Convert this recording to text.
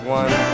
one